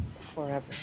Forever